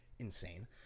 insane